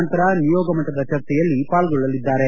ನಂತರ ನಿಯೋಗ ಮಟ್ಟದ ಚರ್ಚೆಯಲ್ಲಿ ಪಾಲ್ಗೊಳ್ಳಲಿದ್ದಾರೆ